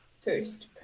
first